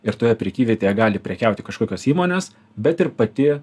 ir toje prekyvietėje gali prekiauti kažkokios įmonės bet ir pati